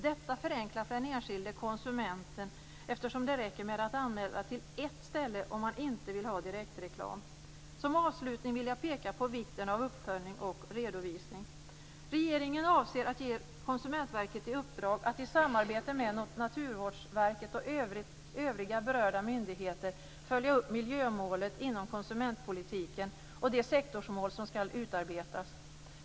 Detta förenklar för den enskilde konsumenten, eftersom det räcker med att anmäla till ett ställe om man inte vill ha direktreklam. Som avslutning vill jag peka på vikten av uppföljning och redovisning. Regeringen avser att ge Konsumentverket i uppdrag att i samarbete med Naturvårdsverket och övriga berörda myndigheter följa upp miljömålet inom konsumentpolitiken och de sektorsmål som skall utarbetas.